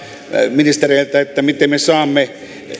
ministereiltä miten me saamme